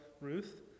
Ruth